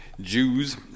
Jews